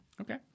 Okay